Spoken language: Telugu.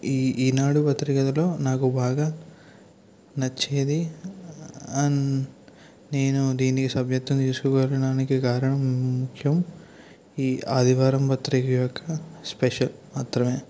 ఈ ఈనాడు పత్రికలో నాకు బాగా నచ్చేది నేను దీని సభ్యత్వం తీసుకోవడానికి కారణం ముఖ్యం ఈ ఆదివారం ప్రతీక యొక్క స్పెషల్ మాత్రమే